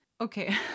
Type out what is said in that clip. okay